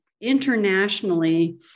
internationally